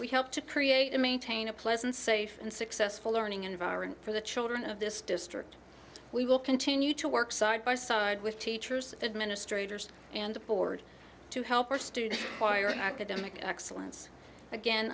we help to create and maintain a pleasant safe and successful learning environment for the children of this district we will continue to work side by side with teachers administrators and board to help our students hire an academic excellence again